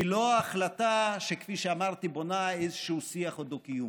היא לא החלטה שכפי שאמרתי בונה איזשהו שיח או דו-קיום.